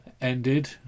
ended